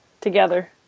together